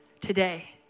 today